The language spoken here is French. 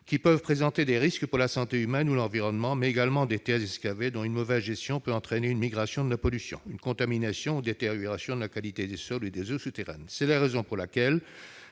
qui peuvent présenter des risques pour la santé humaine ou l'environnement, ainsi que des terres excavées, dont une mauvaise gestion peut entraîner une migration de la pollution, une contamination ou une détérioration de la qualité des sols ou des eaux souterraines. C'est la raison pour laquelle